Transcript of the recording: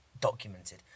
documented